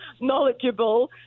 knowledgeable